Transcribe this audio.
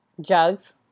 jugs